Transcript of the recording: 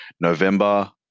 November